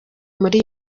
muri